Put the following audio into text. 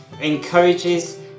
encourages